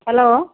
hello